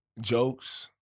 jokes